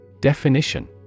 Definition